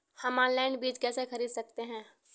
हम ऑनलाइन बीज कैसे खरीद सकते हैं?